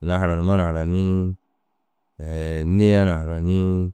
Mura haranimmoo na haranii niya na haranii